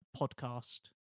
podcast